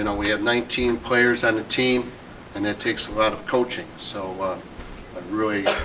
and we have nineteen players on a team and it takes a lot of coaching. so really